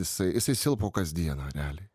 jisai jisai silpo kasdieną realiai